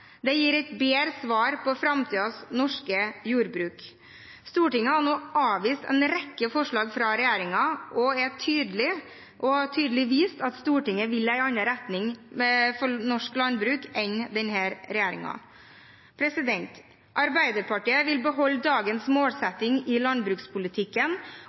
Det gir et bedre svar på framtidens norske jordbruk. Stortinget har nå avvist en rekke forslag fra regjeringen og har tydelig vist at Stortinget vil i en annen retning for norsk landbruk enn denne regjeringen. Arbeiderpartiet vil beholde dagens målsetting i landbrukspolitikken,